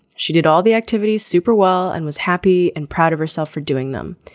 she did all the activities super well and was happy and proud of herself for doing them.